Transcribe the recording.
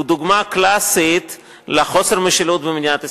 היא דוגמה קלאסית לחוסר המשילות במדינת ישראל,